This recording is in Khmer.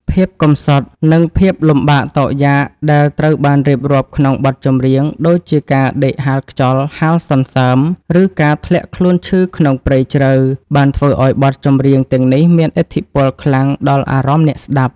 ភាពកំសត់ និងភាពលំបាកតោកយ៉ាកដែលត្រូវបានរៀបរាប់ក្នុងបទចម្រៀង ដូចជាការដេកហាលខ្យល់ហាលសន្សើម ឬការធ្លាក់ខ្លួនឈឺក្នុងព្រៃជ្រៅ បានធ្វើឱ្យបទចម្រៀងទាំងនេះមានឥទ្ធិពលខ្លាំងដល់អារម្មណ៍អ្នកស្ដាប់។